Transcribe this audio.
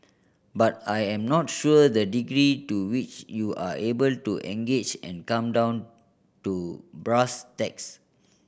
but I am not sure the degree to which you are able to engage and come down to brass tacks